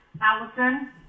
Allison